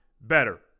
better